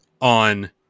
on